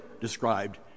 described